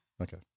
Okay